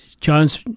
John's